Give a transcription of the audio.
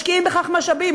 משקיעים בכך משאבים,